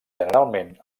generalment